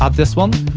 um this one.